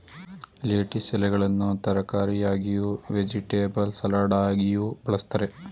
lettuce ಎಲೆಗಳನ್ನು ತರಕಾರಿಯಾಗಿಯೂ, vegetable ಸಲಡಾಗಿಯೂ ಬಳ್ಸತ್ತರೆ